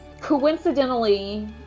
coincidentally